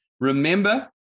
remember